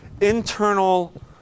internal